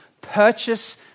purchase